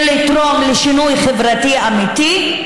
ולתרום לשינוי חברתי אמיתי,